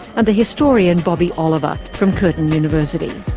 and the historian bobbie oliver from curtin university.